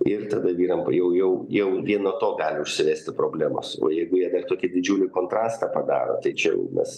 ir tada vyram p jau jau jau vien nuo to gali užsivesti problemos o jeigu jie dar tokį didžiulį kontrastą padaro tai čia jau mes